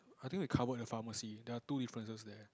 I think the cover the pharmacy there are two differences there